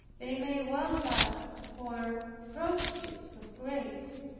they may well pass for prodigies of grace.